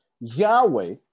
Yahweh